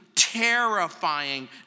terrifying